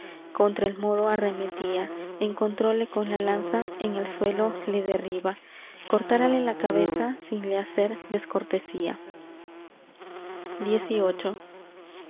contra el moro arremetía encontróle con la lanza en el suelo le derriba cortárale la cabeza sin le hacer descortesía